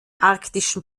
arktischen